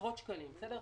שקלים לטון.